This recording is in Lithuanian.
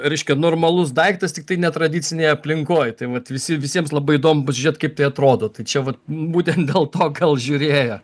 reiškia normalus daiktas tiktai netradicinėj aplinkoj tai vat visi visiems labai įdomu pasižiūrėt kaip tai atrodo tai čia vat būtent dėl to gal žiūrėjo